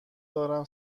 دارم